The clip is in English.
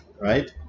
right